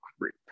group